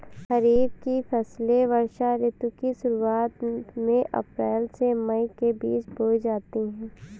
खरीफ की फसलें वर्षा ऋतु की शुरुआत में अप्रैल से मई के बीच बोई जाती हैं